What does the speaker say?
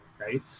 right